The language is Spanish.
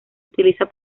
utiliza